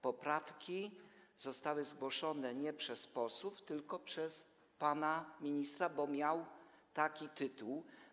Poprawki zostały zgłoszone nie przez posłów, tylko przez pana ministra, bo miał taki tytuł.